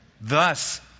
Thus